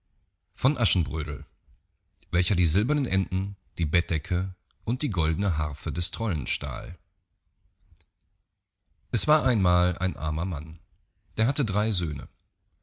von aschenbrödel welcher die silbernen enten die bettdecke und die goldne harfe des trollen stahl es war einmal ein armer mann der hatte drei söhne